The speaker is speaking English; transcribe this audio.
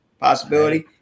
Possibility